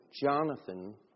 Jonathan